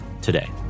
today